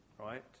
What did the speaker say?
right